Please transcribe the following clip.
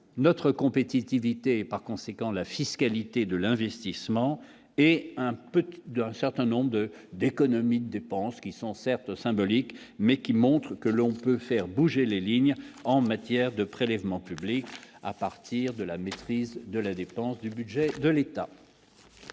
notre compétitivité et, par conséquent, la fiscalité de l'investissement et un peu d'un certain nombre de d'économie, dépenses qui sont certes symbolique mais qui montre que l'on peut faire bouger les lignes en matière de prélèvements publics à partir de la maîtrise de la dépense du budget de l'État.